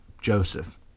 Joseph